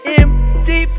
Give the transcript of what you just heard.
empty